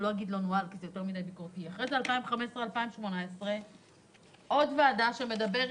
ב-2018 הוקמה עוד ועדה שהמליצה: